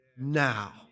now